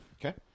okay